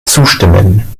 zustimmen